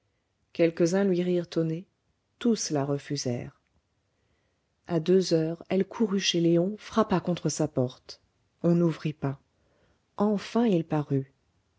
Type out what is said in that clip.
quelques-uns lui rirent au nez tous la refusèrent à deux heures elle courut chez léon frappa contre sa porte on n'ouvrit pas enfin il parut